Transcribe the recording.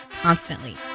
constantly